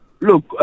Look